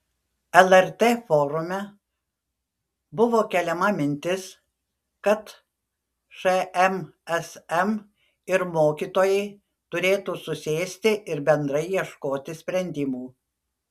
lrt forume buvo keliama mintis kad šmsm ir mokytojai turėtų susėsti ir bendrai ieškoti sprendimų